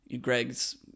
Greg's